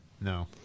no